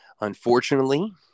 unfortunately